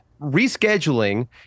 rescheduling